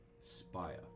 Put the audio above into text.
spire